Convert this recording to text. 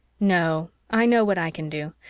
no. i know what i can do.